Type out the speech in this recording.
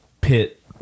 pit